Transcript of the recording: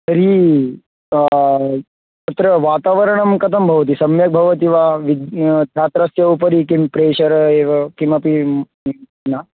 तर्हि तत्र वातावरणं कथं भवति सम्यक् भवति वा विद् छात्रस्य उपरि किं प्रेषर एव किमपि न